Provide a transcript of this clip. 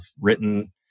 written